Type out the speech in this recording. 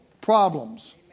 problems